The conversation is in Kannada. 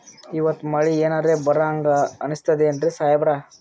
ಇವತ್ತ ಮಳಿ ಎನರೆ ಬರಹಂಗ ಅನಿಸ್ತದೆನ್ರಿ ಸಾಹೇಬರ?